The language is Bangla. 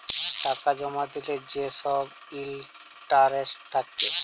টাকা জমা দিলে যে ছব ইলটারেস্ট থ্যাকে